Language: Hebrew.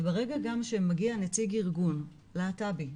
וברגע גם שמגיע נציג ארגון להט"בי,